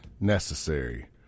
necessary